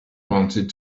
wanted